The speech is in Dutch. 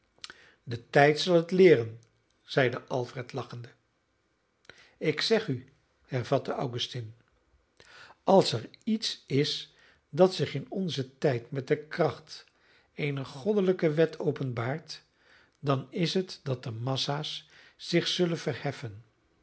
de tijd zal het leeren zeide alfred lachende ik zeg u hervatte augustine als er iets is dat zich in onzen tijd met de kracht eener goddelijke wet openbaart dan is het dat de massa's zich zullen verheffen